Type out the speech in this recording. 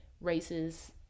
races